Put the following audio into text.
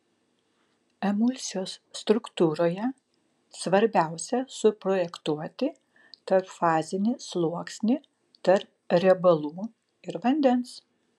emulsijos struktūroje svarbiausia suprojektuoti tarpfazinį sluoksnį tarp riebalų ir vandens